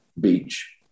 Beach